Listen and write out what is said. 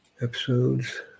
episodes